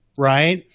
right